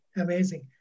amazing